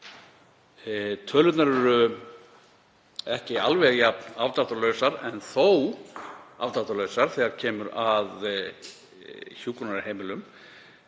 Tölurnar eru ekki alveg jafn afdráttarlausar en þó afdráttarlausar þegar kemur að hjúkrunarheimilum.